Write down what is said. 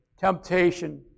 Temptation